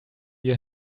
you